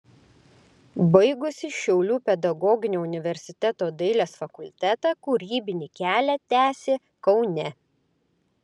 baigusi šiaulių pedagoginio universiteto dailės fakultetą kūrybinį kelią tęsė kaune